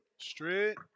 Straight